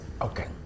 okay